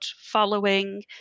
following